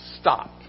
stop